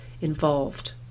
involved